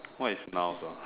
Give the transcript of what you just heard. what is nouns ah